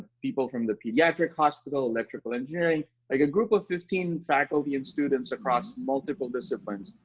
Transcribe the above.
people from the pediatric hospital, electrical engineering, like a group of fifteen faculty and students across multiple disciplines,